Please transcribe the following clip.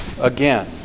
again